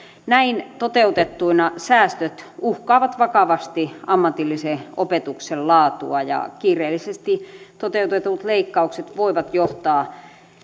näin toteutettuina säästöt uhkaavat vakavasti ammatillisen opetuksen laatua ja kiireellisesti toteutetut leikkaukset voivat johtaa